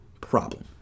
problem